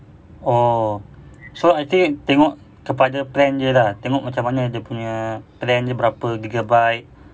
oh so I think tengok tempat dia plan jer lah tengok macam mana dia punya plan dia berapa gigabyte